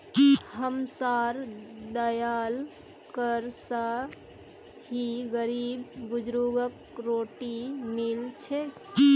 हमसार दियाल कर स ही गरीब बुजुर्गक रोटी मिल छेक